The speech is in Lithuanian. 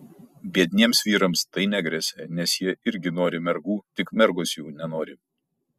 biedniems vyrams tai negresia nes jie irgi nori mergų tik mergos jų nenori